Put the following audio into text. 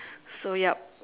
so yep